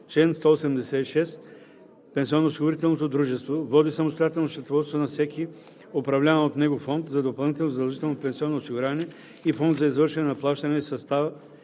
Чл. 186. Пенсионноосигурителното дружество води самостоятелно счетоводство на всеки управляван от него фонд за допълнително задължително пенсионно осигуряване и фонд за извършване на плащания и съставя